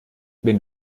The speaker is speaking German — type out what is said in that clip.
wenn